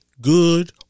good